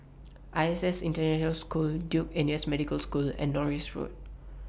I S S International School Duke N U S Medical School and Norris Road